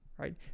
right